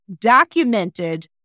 documented